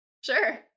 Sure